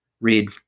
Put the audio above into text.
read